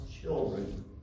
children